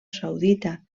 saudita